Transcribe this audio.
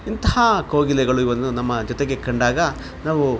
ಇಂತಹ ಕೋಗಿಲೆಗಳು ಇವನ್ನು ನಮ್ಮ ಜೊತೆಗೆ ಕಂಡಾಗ ನಾವೂ